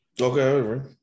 Okay